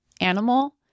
animal